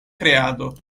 kreado